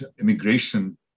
immigration